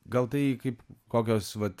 gal tai kaip kokios vat